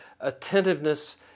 attentiveness